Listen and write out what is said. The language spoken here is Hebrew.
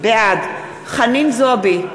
בעד חנין זועבי,